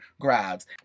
grabs